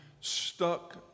stuck